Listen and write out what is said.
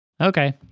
Okay